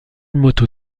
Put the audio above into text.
moto